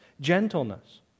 gentleness